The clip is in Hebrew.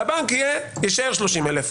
והבנק יישאר 30,000,